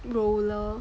roller